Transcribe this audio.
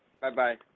Bye-bye